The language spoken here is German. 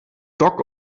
dock